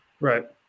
Right